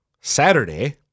Saturday